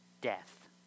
death